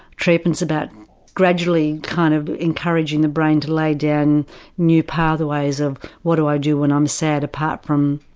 treatment's about gradually kind of encouraging the brain to lay down new pathways of what do i do when i'm sad apart from